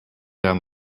down